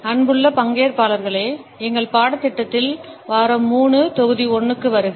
அன்புள்ள பங்கேற்பாளர்களே எங்கள் பாடத்திட்டத்தில் வாரம் 3 தொகுதி 1 க்கு வருக